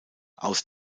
aus